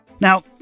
Now